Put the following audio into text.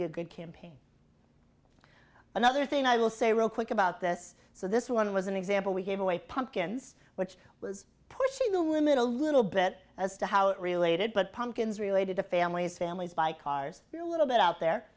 be a good campaign another thing i will say real quick about this so this one was an example we gave away pumpkins which was pushing the limit a little bit as to how it related but pumpkins related to families families buy cars a little bit out there